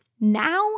now